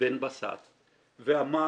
בן בסט ואמר,